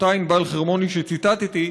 אותה ענבל חרמוני שציטטתי,